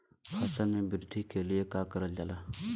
फसल मे वृद्धि के लिए का करल जाला?